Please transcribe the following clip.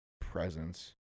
presence